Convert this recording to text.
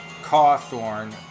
Cawthorn